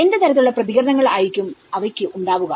എന്ത് തരത്തിലുള്ള പ്രതികരണങ്ങൾ ആയിരിക്കും അവർക്ക് ഉണ്ടാവുക